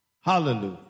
hallelujah